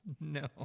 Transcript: no